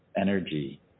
energy